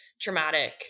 traumatic